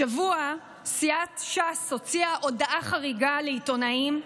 השבוע סיעת ש"ס הוציאה הודעה חריגה לעיתונאים,